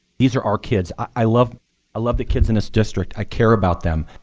these are our kids. i love ah love the kids in this district. i care about them.